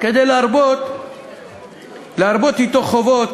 כדי להרבות אתו חובות,